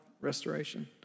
Restoration